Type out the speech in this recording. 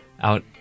out